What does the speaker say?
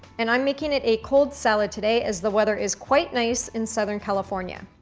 and i'm making it a cold salad today as the weather is quite nice in southern california.